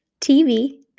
TV